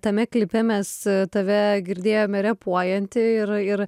tame klipe mes tave girdėjome repuojantį ir ir